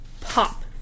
pop